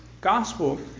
gospel